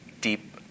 deep